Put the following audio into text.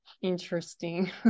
interesting